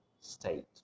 state